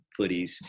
footies